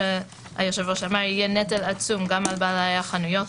שהיושב ראש אמר יהיה נטל עצום גם על בעלי החנויות,